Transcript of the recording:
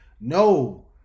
No